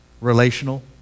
Relational